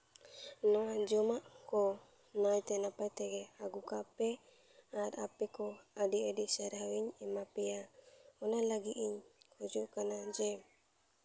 ᱱᱚᱣᱟ ᱡᱚᱢᱟᱜ ᱠᱚ ᱱᱟᱭᱛᱮ ᱱᱟᱯᱟᱭ ᱛᱮᱜᱮ ᱟᱹᱜᱩ ᱠᱟᱜ ᱯᱮ ᱟᱨ ᱟᱯᱮ ᱠᱚ ᱟᱹᱰᱤ ᱟᱹᱰᱤ ᱥᱟᱨᱦᱟᱣ ᱤᱧ ᱮᱢᱟ ᱯᱮᱭᱟ ᱚᱱᱟ ᱞᱟᱹᱜᱤᱫ ᱤᱧ ᱠᱷᱚᱡᱚᱜ ᱠᱟᱱᱟ ᱡᱮ